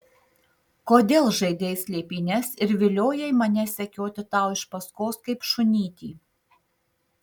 kodėl žaidei slėpynes ir viliojai mane sekioti tau iš paskos kaip šunytį